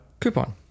Coupon